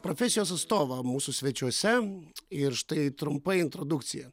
profesijos atstovą mūsų svečiuose ir štai trumpa introdukcija